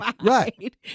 Right